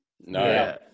No